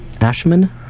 Ashman